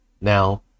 now